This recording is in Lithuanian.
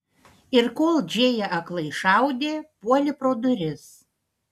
ir kol džėja aklai šaudė puolė pro duris